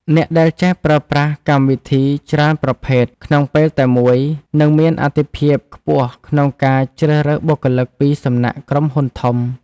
អ្នកដែលចេះប្រើប្រាស់កម្មវិធីច្រើនប្រភេទក្នុងពេលតែមួយនឹងមានអាទិភាពខ្ពស់ក្នុងការជ្រើសរើសបុគ្គលិកពីសំណាក់ក្រុមហ៊ុនធំ។